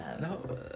no